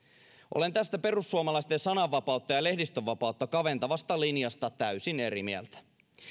olen tästä perussuomalaisten sananvapautta ja lehdistönvapautta kaventavasta linjasta täysin eri mieltä